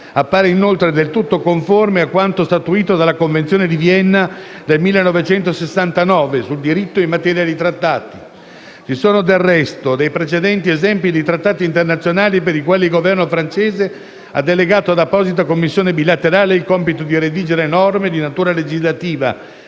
appare inoltre del tutto conforme a quanto statuito dalla Convenzione di Vienna del 1969 sul diritto in materia di trattati. Ci sono del resto dei precedenti esempi di trattati internazionali per i quali il Governo francese ha delegato ad apposita commissione bilaterale il compito di redigere norme di natura legislativa